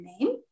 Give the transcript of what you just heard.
name